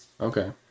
okay